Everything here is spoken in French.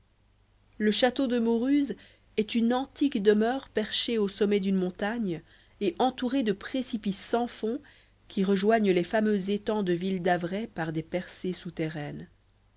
le château de mauruse est une antique demeure perchée au sommet d'une montagne et entourée de précipices sans fond qui rejoignent les fameux étangs de ville-d'avray par des percées souterraines